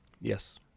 Yes